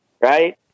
Right